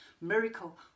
miracle